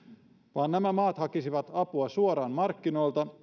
vaan nämä maat hakisivat apua suoraan markkinoilta